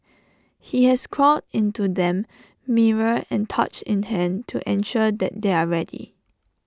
he has crawled into them mirror and torch in hand to ensure that they are ready